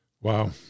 Wow